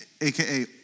aka